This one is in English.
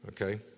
Okay